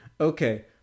okay